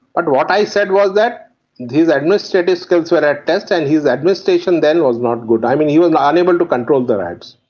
but what i said was that his administrative skills were at test and his administration then was not good. i mean, he was unable to control the riots.